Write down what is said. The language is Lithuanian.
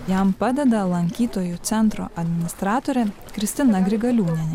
jam padeda lankytojų centro administratorė kristina grigaliūnienė